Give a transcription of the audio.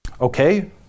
Okay